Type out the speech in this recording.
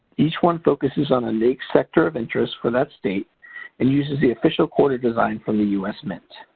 each one focuses on a naics sector of interest for that state and uses the official quarter design from the us mint.